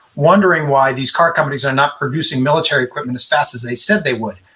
wondering why these car companies are not producing military equipment as fast as they said they would.